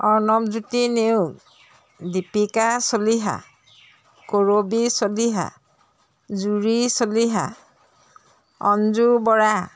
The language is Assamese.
অৰ্ণৱ জ্যোতি নেওগ দীপিকা চলিহা কৰবী চলিহা জুৰি চলিহা অঞ্জু বৰা